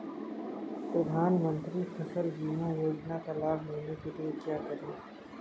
प्रधानमंत्री फसल बीमा योजना का लाभ लेने के लिए क्या करें?